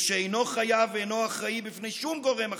ושאינו חייב ואינו אחראי בפני שום גורם אחר.